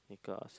because